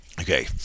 Okay